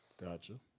Gotcha